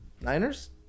niners